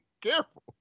Careful